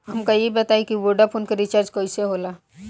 हमका ई बताई कि वोडाफोन के रिचार्ज कईसे होला?